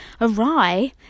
awry